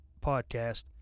podcast